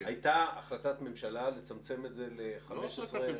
הייתה החלטת ממשלה לצמצם את זה ל-15 רשויות.